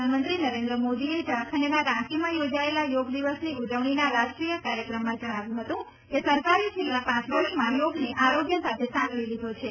પ્રધાનમંત્રી નરેન્દ્ર મોદીએ ઝારખંડના રાંચીમાં યોજાયેલા યોગ દિવસની ઉજવણીના રાષ્ટ્રીય કાર્યક્રમમાં જણાવ્યું હતું કે સરકારે છેલ્લા પાંચ વર્ષમાં યોગને આરોગ્ય સાથે સાંકળી લીધો છે